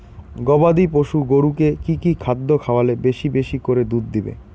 গবাদি পশু গরুকে কী কী খাদ্য খাওয়ালে বেশী বেশী করে দুধ দিবে?